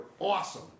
awesome